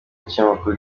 ikinyamakuru